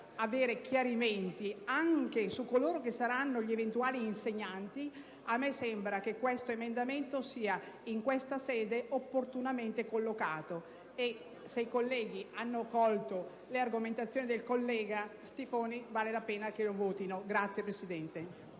avere chiarimenti anche su coloro che saranno gli eventuali insegnanti, a me sembra che questo emendamento sia in questa sede opportunamente collocato e, se i colleghi hanno colto le argomentazioni del collega Stiffoni, vale la pena che lo votino.